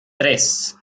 tres